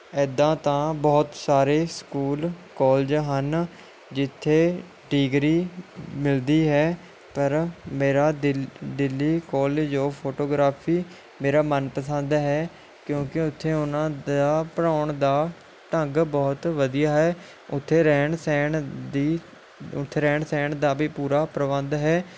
ਇੱਦਾਂ ਤਾਂ ਬਹੁਤ ਸਾਰੇ ਸਕੂਲ ਕੋਲਜ ਹਨ ਜਿੱਥੇ ਡਿਗਰੀ ਮਿਲਦੀ ਹੈ ਪਰ ਮੇਰਾ ਦਿਲ ਦਿੱਲੀ ਕੋਲਜ ਔਫ ਫੋਟੋਗ੍ਰਾਫੀ ਮੇਰਾ ਮਨਪਸੰਦ ਹੈ ਕਿਉਂਕਿ ਉੱਥੇ ਉਹਨਾਂ ਦਾ ਪੜ੍ਹਾਉਣ ਦਾ ਢੰਗ ਬਹੁਤ ਵਧੀਆ ਹੈ ਉੱਥੇ ਰਹਿਣ ਸਹਿਣ ਦੀ ਉੱਥੇ ਰਹਿਣ ਸਹਿਣ ਦਾ ਵੀ ਪੂਰਾ ਪ੍ਰਬੰਧ ਹੈ